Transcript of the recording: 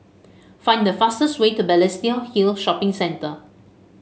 find the fastest way to Balestier Hill Shopping Centre